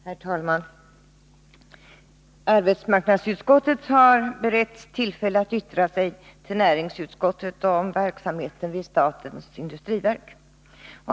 Herr talman! Arbetsmarknadsutskottet har beretts tillfälle att yttra sig till näringsutskottet om verksamheten vid statens industriverk.